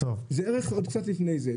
זה ערך קצת לפני כן.